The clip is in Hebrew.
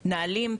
זה בנהלים,